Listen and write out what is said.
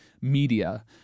media